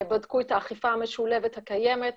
בדקו את האכיפה המשולבת הקיימת,